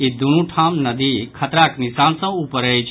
ई दुनू ठाम नदी खतराक निशान सॅ ऊपर अछि